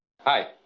Hi